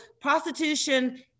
prostitution